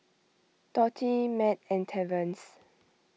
Dorthey Mat and Terence